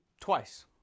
twice